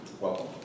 Welcome